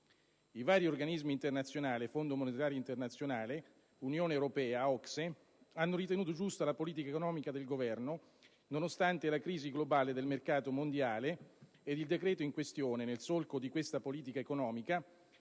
I vari organismi internazionali (Fondo monetario internazione, Unione europea e OCSE) hanno ritenuto giusta la politica economica del Governo, nonostante la crisi globale del mercato mondiale. Il decreto in questione, nel solco di questa politica economica,